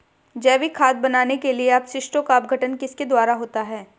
जैविक खाद बनाने के लिए अपशिष्टों का अपघटन किसके द्वारा होता है?